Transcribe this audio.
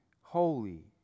holy